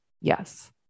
yes